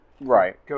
Right